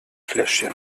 fläschchen